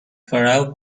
kerouac